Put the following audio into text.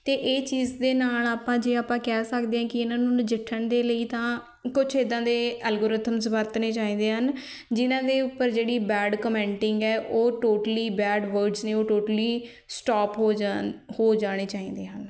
ਅਤੇ ਇਹ ਚੀਜ਼ ਦੇ ਨਾਲ ਆਪਾਂ ਜੇ ਆਪਾਂ ਕਹਿ ਸਕਦੇ ਹਾਂ ਕਿ ਇਹਨਾਂ ਨੂੰ ਨਜਿੱਠਣ ਦੇ ਲਈ ਤਾਂ ਕੁਛ ਇੱਦਾਂ ਦੇ ਅਲਗੁਰਥਮਸ ਵਰਤਣੇ ਚਾਹੀਦੇ ਹਨ ਜਿੰਨਾਂ ਦੇ ਉੱਪਰ ਜਿਹੜੀ ਬੈਡ ਕਮੈਂਟਿੰਗ ਹੈ ਉਹ ਟੋਟਲੀ ਬੈਡ ਵਰਡਸ ਨੇ ਉਹ ਟੋਟਲੀ ਸਟੋਪ ਹੋ ਜਾਣ ਹੋ ਜਾਣੇ ਚਾਹੀਦੇ ਹਨ